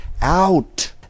out